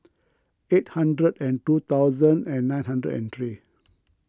eight hundred and two thousand and nine hundred and three